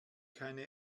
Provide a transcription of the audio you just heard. keine